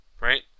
right